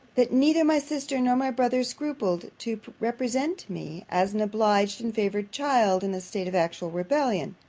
that neither my sister nor my brother scrupled to represent me as an obliged and favoured child in a state of actual rebellion.